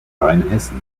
rheinhessen